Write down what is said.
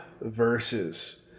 verses